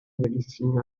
everything